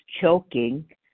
choking